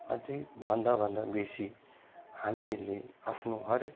अझ भन्दा भन्दा बेसी हामीहरूले आफ्नो हर एक